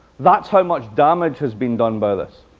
that's how much damage has been done by this.